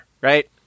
right